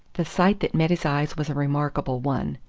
the sight that met his eyes was a remarkable one.